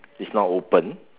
it's now open